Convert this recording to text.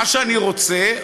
מה שאני רוצה,